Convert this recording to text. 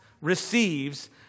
receives